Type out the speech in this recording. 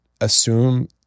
assume